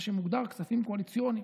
מה שמוגדר כספים קואליציוניים.